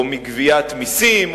או של גביית מסים,